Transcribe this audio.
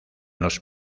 los